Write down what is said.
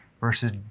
versus